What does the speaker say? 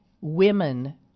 women